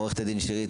עורכת הדין שירית,